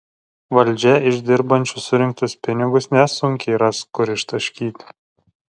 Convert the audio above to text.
valdžia iš dirbančių surinktus pinigus nesunkiai ras kur ištaškyti